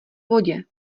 vodě